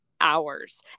hours